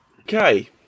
Okay